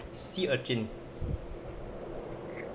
sea urchin